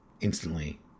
instantly